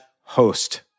host